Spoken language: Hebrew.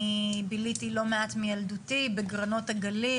אני ביליתי לא מעט בילדותי בקרנות הגליל,